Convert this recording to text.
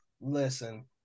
Listen